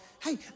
Hey